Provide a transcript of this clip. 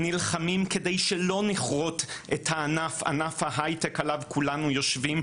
נלחמים כדי שלא נכרות את ענף ההייטק עליו כולנו יושבים,